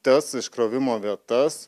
tas iškrovimo vietas